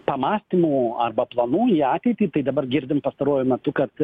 pamąstymų arba planų į ateitį tai dabar girdim pastaruoju metu kad